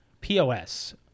POS